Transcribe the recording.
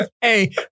hey